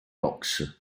box